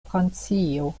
francio